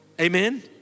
Amen